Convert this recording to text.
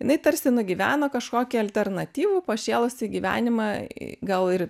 jinai tarsi nugyveno kažkokį alternatyvų pašėlusį gyvenimą gal ir